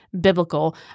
biblical